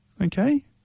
okay